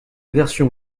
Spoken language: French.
version